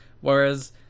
Whereas